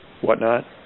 whatnot